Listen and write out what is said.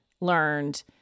learned